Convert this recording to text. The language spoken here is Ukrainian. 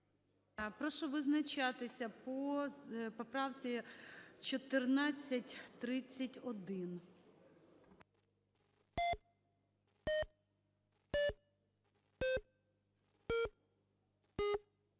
Прошу визначатися по поправці 1434.